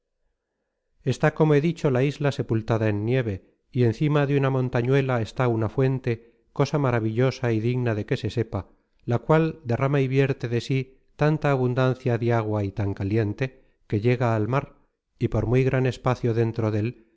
está como he dicho la isla sepultada en nieve y encima de una montañuela está una fuente cosa maravillosa y digna de que se sepa la cual derrama y vierte de sí tanta abundancia de agua y tan caliente que llega al mar y por muy gran espacio dentro dél